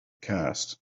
cast